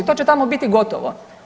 To će tamo biti i gotovo.